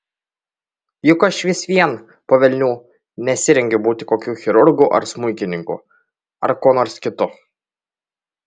juk aš vis vien po velnių nesirengiu būti kokiu chirurgu ar smuikininku ar kuo nors kitu